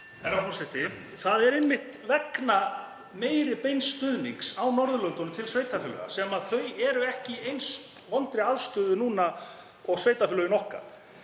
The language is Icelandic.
Það er einmitt vegna meiri beins stuðnings á Norðurlöndunum til sveitarfélaga sem þau eru ekki í eins vondri aðstöðu núna og sveitarfélögin okkar.